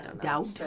doubt